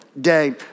day